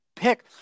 pick